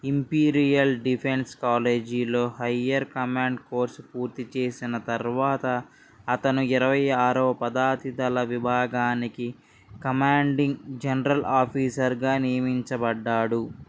imperial defence కాలేజీలో higher command course పూర్తి చేసిన తర్వాత అతను ఇరవై ఆరొవ పదాతిదళ విభాగానికి కమాండింగ్ జనరల్ ఆఫీసర్గా నియమించబడ్డాడు